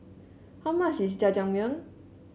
how much is Jajangmyeon